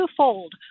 twofold